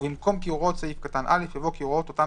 ובמקום "כי הוראות סעיף קטן (א)" יבוא "כי הוראות אותם